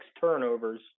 turnovers